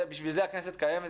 בשביל זה הכנסת קיימת,